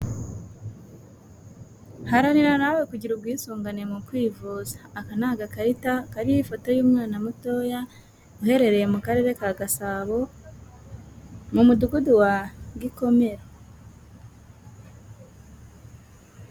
Haranira nawe kugira ubwisungane mu kwivuza. Aka ni agakarita kariho ifoto y'umwana mutoya uherereye mu karere ka gasabo mu mudugudu wa gikomera.